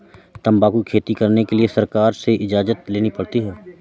तंबाकू की खेती करने के लिए सरकार से इजाजत लेनी पड़ती है